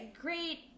great